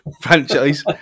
franchise